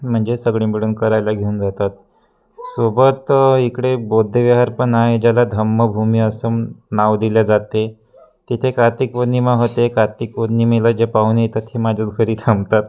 म्हणजे सगळी मिळून करायला घेऊन जातात सोबत इकडे बौद्धविहार पण आहे ज्याला धम्मभूमी असं म नाव दिल्या जाते तिथे कार्तिक पौर्णिमा होते कार्तिक पौर्णिमेला जे पाहून येतात ते माझ्याच घरी थांबतात